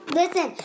listen